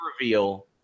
reveal